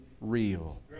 real